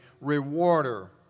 rewarder